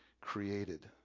created